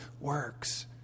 works